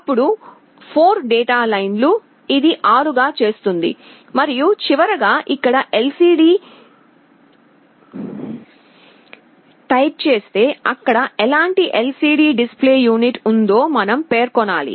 అప్పుడు 4 డేటా లైన్లు ఇది 6 గా చేస్తుంది మరియు చివరగా ఇక్కడ LCD టైప్ చేస్తే అక్కడ ఎలాంటి LCD డిస్ప్లే యూనిట్ ఉందో మనం పేర్కొనాలి